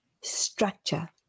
structure